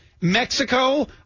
Mexico